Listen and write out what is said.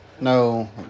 No